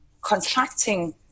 contracting